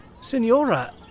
Signora